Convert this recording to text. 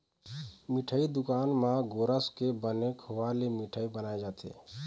मिठई दुकान म गोरस के बने खोवा ले मिठई बनाए जाथे